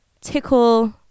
tickle